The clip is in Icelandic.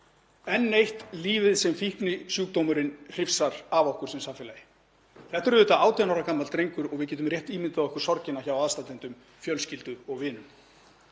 Enn eitt lífið sem fíknisjúkdómurinn hrifsar af okkur sem samfélagi. Þetta er 18 ára gamall drengur og við getum rétt ímyndað okkur sorgina hjá aðstandendum, fjölskyldu og vinum.